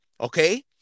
Okay